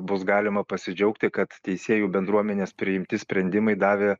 bus galima pasidžiaugti kad teisėjų bendruomenės priimti sprendimai davė